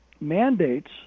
mandates